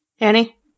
Annie